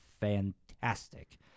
fantastic